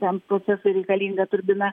tam procesui reikalinga turbina